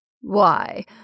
Why